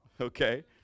Okay